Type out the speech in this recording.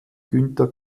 günter